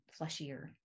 fleshier